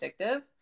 addictive